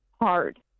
hard